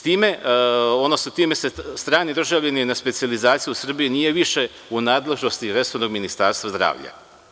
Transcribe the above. Time strani državljani na specijalizaciji u Srbiji nisu više u nadležnosti resornog ministarstva zdravlja.